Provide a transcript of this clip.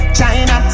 China